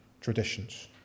traditions